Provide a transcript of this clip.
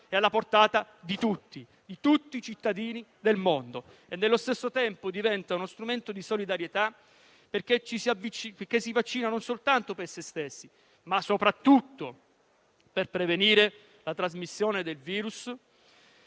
alla portata di tutti i cittadini del mondo e, nello stesso tempo, uno strumento di solidarietà perché ci si vaccina non soltanto per se stessi, ma soprattutto per prevenire la trasmissione del virus